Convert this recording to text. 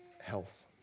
health